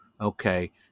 Okay